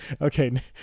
okay